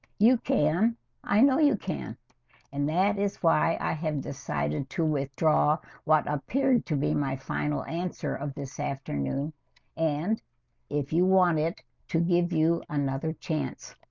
you can i know you can and that is why i have decided to withdraw what appeared to be my final answer of this afternoon and if you want it to give you another chance?